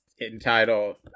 entitled